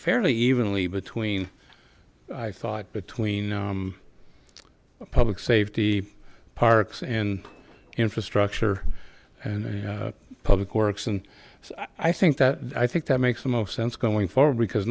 fairly evenly between i thought between public safety parks and infrastructure and public works and i think that i think that makes the most sense going forward because